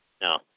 No